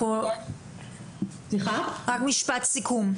משפט סיכום.